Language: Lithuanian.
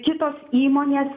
kitos įmonės